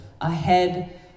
ahead